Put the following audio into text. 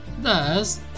Thus